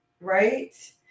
Right